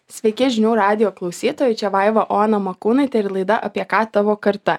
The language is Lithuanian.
sveiki žinių radijo klausytojai čia vaiva ona makūnaitė ir laida apie ką tavo karta